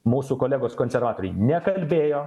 mūsų kolegos konservatoriai nekalbėjo